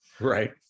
right